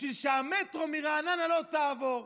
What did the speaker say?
בשביל שהמטרו מרעננה לא יעבור.